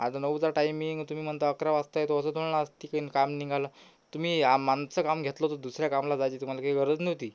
आता नऊचा टाईमिंग तुम्ही म्हणता अकरा वाजता येतो असं थोडी ना असतं काम निघालं तुम्ही आम आमचं काम घेतलं तर दुसऱ्या कामाला जायची तुम्हाला काही गरज नव्हती